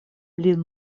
lin